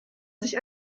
sich